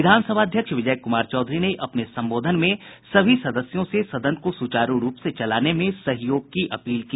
विधानसभा अध्यक्ष विजय कुमार चौधरी ने अपने संबोधन में सभी सदस्यों से सदन को सुचारू रूप से चलाने में सहयोग की अपील की